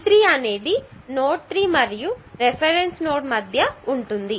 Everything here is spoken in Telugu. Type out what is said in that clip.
V3 నోడ్ 3 మరియు రిఫరెన్స్ నోడ్ మధ్య ఉంటుంది